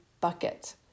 bucket